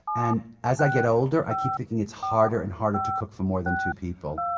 and as i get older, i keep thinking it's harder and harder to cook for more than two people.